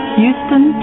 Houston